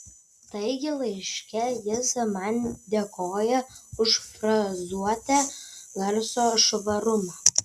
taigi laiške jis man dėkoja už frazuotę garso švarumą